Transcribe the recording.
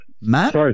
Matt